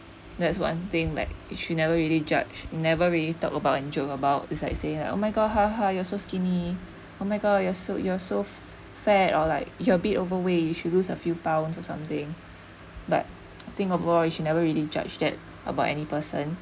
that's one thing like you should never really judge never really talk about and joke about it's like saying like oh my god you're so skinny oh my god you're so you're so fat or like you are a bit overweight you should lose a few pounds or something but think of all you never really judge that about any person